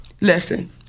listen